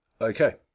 Okay